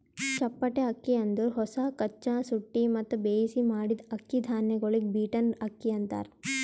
ಚಪ್ಪಟೆ ಅಕ್ಕಿ ಅಂದುರ್ ಹೊಸ, ಕಚ್ಚಾ, ಸುಟ್ಟಿ ಮತ್ತ ಬೇಯಿಸಿ ಮಾಡಿದ್ದ ಅಕ್ಕಿ ಧಾನ್ಯಗೊಳಿಗ್ ಬೀಟನ್ ಅಕ್ಕಿ ಅಂತಾರ್